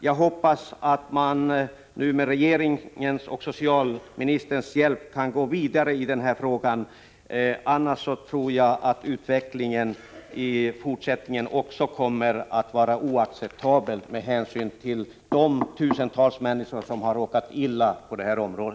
Jag hoppas att man med regeringens och socialministerns hjälp kan gå vidare i denna fråga, annars tror jag att utvecklingen i fortsättningen också kommer att vara oacceptabel med hänsyn till de tusentals människor som råkat illa ut på detta område.